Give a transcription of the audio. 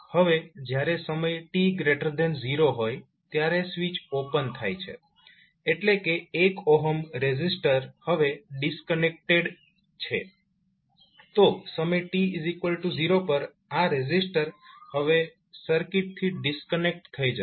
હવે જયારે સમય t0 હોય ત્યારે સ્વીચ ઓપન છે એટલે કે 1 રેઝિસ્ટર હવે ડિસ્કનેક્ટેડ છે તો સમય t0 પર આ રેઝિસ્ટર હવે સર્કિટથી ડિસ્કનેક્ટ થઈ જશે